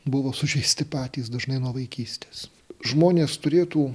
buvo sužeisti patys dažnai nuo vaikystės žmonės turėtų